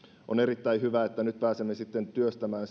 on erittäin hyvä että nyt pääsemme sitten työstämään